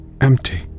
empty